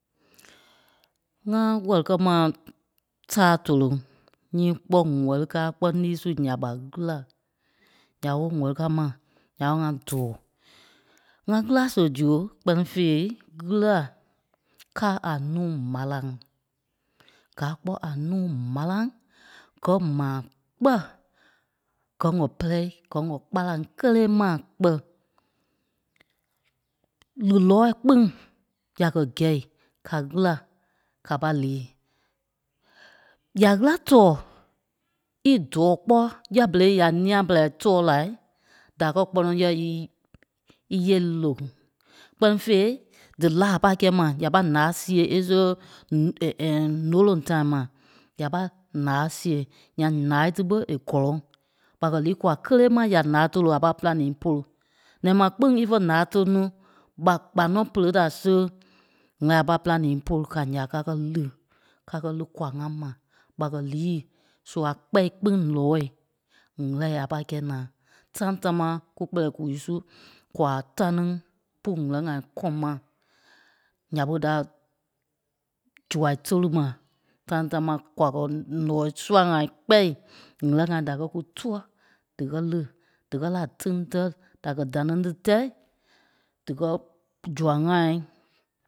ŋa wɛli-kɛ́-ma ta toloŋ nyii kpɔ́ wɛ́li káa kpɔ́ lîi su nya ɓa ɣîla. Nya ɓe wɛli káa mai nya ɓe tɔɔ. ŋa ɣîla sìɣe zu kpɛ́ni fêi ɣîla káa a nuu m̀arâ. Gaa kpɔ́ a nuu malaŋ gɛ̀ mai kpɛ́ gɛ̀ wɔ́ pɛrɛ, gɛ́ wɔ́ kpalaŋ kélee mai kpɛ̀. Li lɔɔi kpîŋ ya kɛ́ gɛi ka ɣîla ka pâi lii. Ya ɣîla tɔ́ɔ ítɔ̀ɔ kpɔ́ yɛɛ berei ya nía-pɛlɛɛ tɔɔ la da kɛ́ kpɔnɔ yɛ̂ íí- íyee lòŋ. Kpɛ́ni fêi dí láa a pâi kɛi mai ya pâi nàa síɣei e siɣe nuu nóloŋ da mai ya pâi láa síɣei. Nyaŋ láa tí ɓé í gɔ́lɔŋ. ɓa kɛ́ lii kwaa kélee mai ya láa tóli a pâi pîlanii ípolu. Nɛ̃ɛ mai kpîŋ ífe láa tóli ní ɓa kpa nɔ́ pere da siɣe ɣîla a pai pîlanii ípolu ká ya káa kɛ li. Ká kɛ li kwaa ŋa mai. ɓa kɛ́ lii sua kpɛ̀ kpîŋ lɔɔi ɣîla a pâi kɛi naa. Time támaa kú kpɛlɛɛ kuu su kwa tániŋ pu ɣîla ŋai kɔŋ mai. Nya ɓé da zua tóli mai. Time tamaa kwa kɔ ǹɔɔi sua ŋai kpɛ́ ɣîla ŋai da kɛ kú tua díkɛ li. Díkɛ la tiŋ tɛ́ da kɛ́ daŋaŋ dí tɛ́ díkɛ sua ŋai